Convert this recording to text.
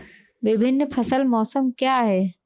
विभिन्न फसल मौसम क्या हैं?